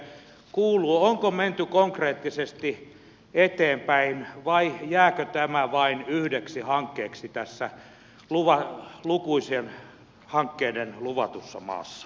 onko menty konkreettisesti eteenpäin vai jääkö tämä vain yhdeksi hankkeeksi tässä lukuisien hankkeiden luvatussa maassa